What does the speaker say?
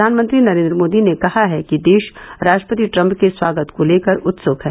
प्रधानमंत्री नरेंद्र मोदी ने कहा है कि देश राष्ट्रपति ट्रम्प के स्वागत को लेकर उत्सुक है